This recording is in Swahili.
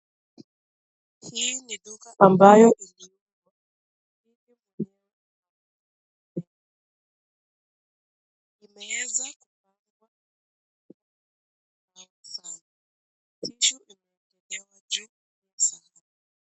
Hii ni duka ambayo ilikuwa. Hii mwenyewe imeweza kupangwa vizuri sana. Tishu imewekewa juu ya sahani.